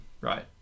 right